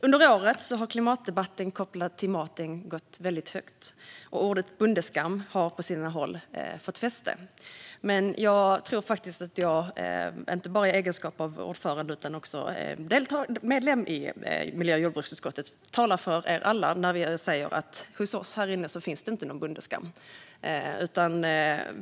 Under året har det varit en stark klimatdebatt kopplad till maten, och ordet bondeskam har på sina håll fått fäste. Jag tror faktiskt att jag, inte bara i egenskap av ordförande utan också ledamot i miljö och jordbruksutskottet, talar för oss alla när jag säger att hos oss här inne finns det ingen bondeskam.